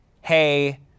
hey